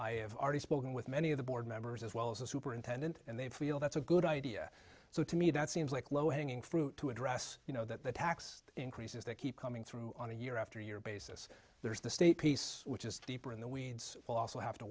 i have already spoken with many of the board members as well as the superintendent and they feel that's a good idea so to me that seems like low hanging fruit to address you know that the tax increases that keep coming through on a year after year basis there's the state piece which is